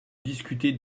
discuter